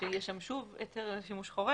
שיהיה שם שוב היתר לשימוש חורג,